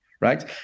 Right